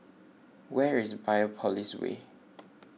where is Biopolis Way